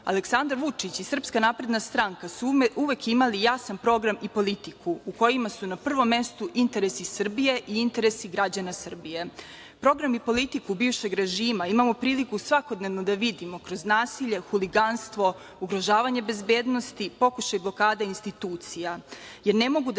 ekonomiju. Aleksandar Vučić i SNS su uvek imali jasan program i politiku u kojima su na prvom mestu interesi Srbije i interesi građana Srbije. Program i politiku bivšeg režima, imamo priliku svakodnevno da vidimo kroz nasilje, huliganstvo, ugrožavanje bezbednosti i pokušaj blokade institucija,